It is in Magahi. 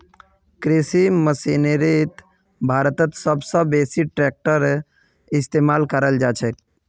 कृषि मशीनरीत भारतत सब स बेसी ट्रेक्टरेर इस्तेमाल कराल जाछेक